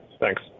Thanks